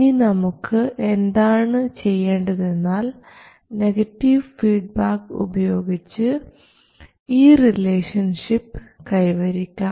ഇനി നമുക്ക് എന്താണ് ചെയ്യേണ്ടതെന്നാൽ നെഗറ്റീവ് ഫീഡ്ബാക്ക് ഉപയോഗിച്ച് ഈ റിലേഷൻഷിപ്പ് കൈവരിക്കാം